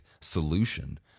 solution